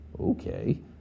Okay